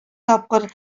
тапкыр